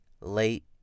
late